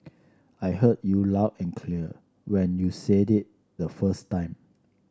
I heard you loud and clear when you said it the first time